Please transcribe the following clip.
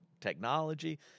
technology